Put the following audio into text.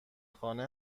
خانه